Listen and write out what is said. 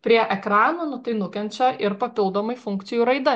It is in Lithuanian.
prie ekranų nu tai nukenčia ir papildomai funkcijų raida